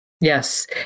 Yes